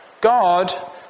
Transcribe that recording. God